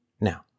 Now